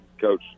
coach